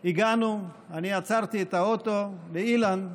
הגענו, אני עצרתי את האוטו, ואילן,